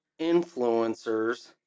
influencers